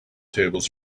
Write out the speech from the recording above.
tables